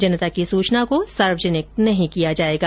जनता की सूचना को सार्वजनिक नहीं किया जाएगा